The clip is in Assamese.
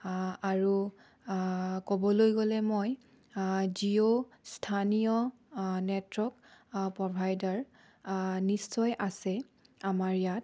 আৰু ক'বলৈ গ'লে মই জিঅ' স্থানীয় নেটৱৰ্ক প্ৰভাইডাৰ নিশ্চয় আছে আমাৰ ইয়াত